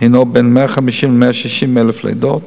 הוא בין 150,000 ל-160,000 לידות,